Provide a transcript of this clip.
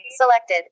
Selected